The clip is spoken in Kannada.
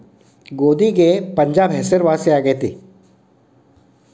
ಗೋಧಿಗೆ ಪಂಜಾಬ್ ಹೆಸರುವಾಸಿ ಆಗೆತಿ